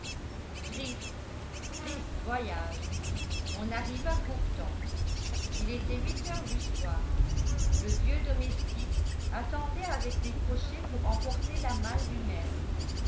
triste triste voyage on arriva pourtant il était huit heures du soir le vieux domestique attendait avec des crochets pour emporter la malle du maître